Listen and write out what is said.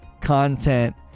content